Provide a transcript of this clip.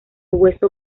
hueso